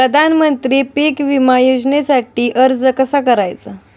प्रधानमंत्री पीक विमा योजनेसाठी अर्ज कसा करायचा?